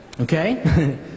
Okay